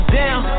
down